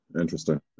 Interesting